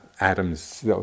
atoms